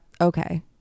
Okay